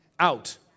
Out